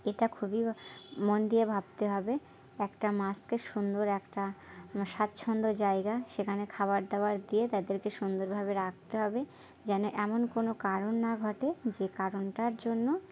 এটা খুবই মন দিয়ে ভাবতে হবে একটা মাছকে সুন্দর একটা স্বাচ্ছন্দ্য জায়গা সেখানে খাবার দাবার দিয়ে তাদেরকে সুন্দর ভাবে রাখতে হবে যেন এমন কোনো কারণ না ঘটে যে কারণটার জন্য